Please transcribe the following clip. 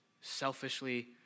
selfishly